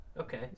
Okay